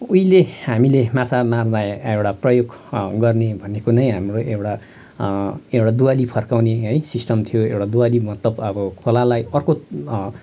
उहिले हामीले माछा मार्दा एउटा प्रयोग गर्ने भनेको नै हाम्रो एउटा एउटा द्वाली फर्काउने है सिस्टम थियो एउटा द्वाली मतलब अब खोलालाई अर्को